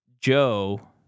Joe